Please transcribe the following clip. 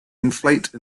inflate